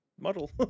model